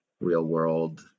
real-world